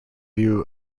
view